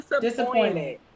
Disappointed